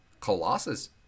Colossus